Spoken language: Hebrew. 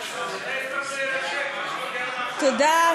תודה,